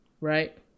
Right